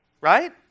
right